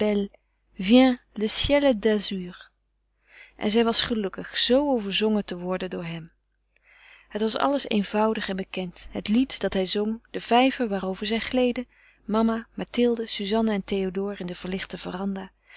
est d'azur en zij was gelukkig zoo overzongen te worden door hem het was alles eenvoudig en bekend het lied dat hij zong de vijver waarover zij gleden mama mathilde suzanne en théodore in de verlichte